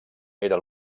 era